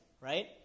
right